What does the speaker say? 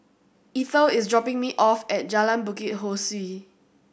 Eithel is dropping me off at Jalan Bukit Ho Swee